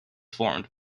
formed